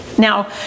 Now